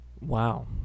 Wow